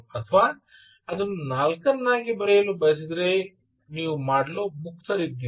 ಅಥವಾ ಅದನ್ನು ನಾಲ್ಕನ್ನಾಗಿ ಬರೆಯಲು ಬಯಸಿದರೆ ನೀವು ಮಾಡಲು ಮುಕ್ತರಾಗಿದ್ದೀರಿ